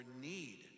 need